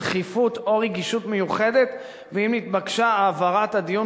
דחיפות או רגישות מיוחדת ואם נתבקשה העברת הדיון